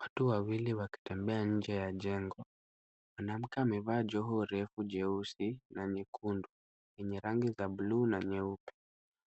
Watu wawili wakitembea nje ya jengo. Mwanamke amevaa joho refu jeusi na nyekundu, lenye rangi ya buluu na nyeupe.